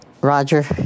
Roger